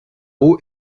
roux